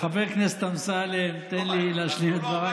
חבר הכנסת אמסלם, תן לי להשלים את דבריי.